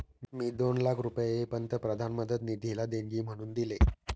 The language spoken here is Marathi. मी दोन लाख रुपये पंतप्रधान मदत निधीला देणगी म्हणून दिले